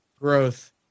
growth